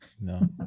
No